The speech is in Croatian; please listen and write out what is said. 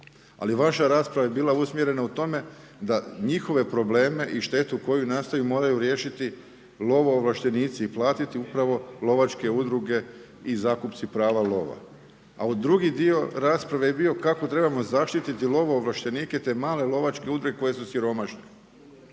Ali vaša rasprava je bila usmjerena prema tome da njihove probleme i štetu koju nastaju moraju riješiti lovoovlaštenici i platiti upravo lovačke udruge i zakupci prava lova. A drugi dio rasprave je bio kako trebamo zaštititi lovovlaštenike te male lovačke udruge koje su siromašne.